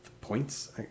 Points